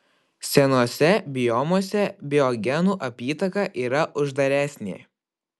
senuose biomuose biogenų apytaka yra uždaresnė